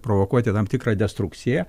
provokuoti tam tikrą destrukciją